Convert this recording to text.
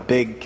Big